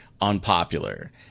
unpopular